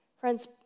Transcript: Friends